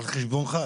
על חשבונך?